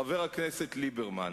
חבר הכנסת ליברמן.